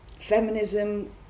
feminism